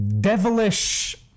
devilish